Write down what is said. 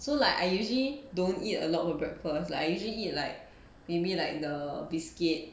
so like I usually don't eat a lot for breakfast I usually eat like maybe like the biscuit